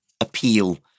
appeal